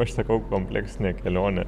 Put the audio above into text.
aš sakau kompleksinė kelionė